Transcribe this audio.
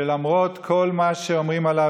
שלמרות כל מה שאומרים עליו,